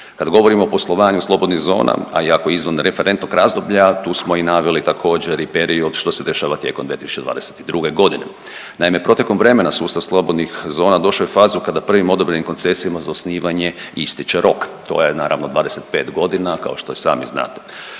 Kad govorimo o poslovanju slobodnih zona, a iako izvan referentnog razdoblja, tu smo i naveli također, i period što se događa tijekom 2022. g. Naime, protekom vremena sustava slobodnih zona došao je u fazu kada prvim odabranim koncesijama za osnivanje ističe rok, to je naravno, 25 godina, kao što i sami znate.